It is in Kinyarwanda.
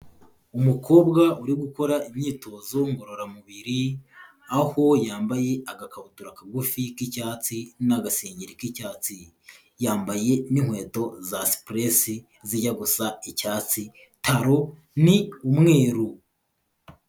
Umukobwa uri gukora imyitozo ngororamubiri, aho yambaye agakabutura kagufi k'icyatsi n'agasenge k'icyatsi. Yambaye n'inkweto za sipuresi zijya gusa icyatsi, taro ni umweru.